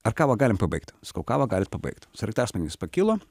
ar kavą galim pabaigt sakau galit pabaigt sraigtasparnis pakilo